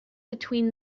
between